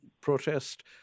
protest